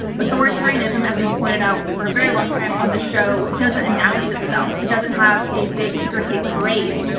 authoritarianism, as we've pointed out for a very long time on the show, doesn't announce itself. it doesn't have a big ticker tape parade.